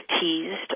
teased